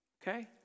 Okay